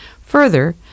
Further